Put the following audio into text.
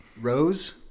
Rose